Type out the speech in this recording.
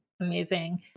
Amazing